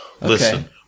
Listen